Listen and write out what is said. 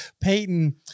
Peyton